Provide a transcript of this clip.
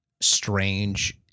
strange